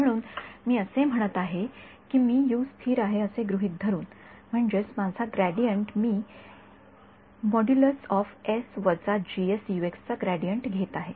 म्हणून मी असे म्हणत आहे की मी स्थिर आहे असे गृहीत धरून म्हणजेच माझा ग्रेडियंट मी चा ग्रेडियंट घेत आहे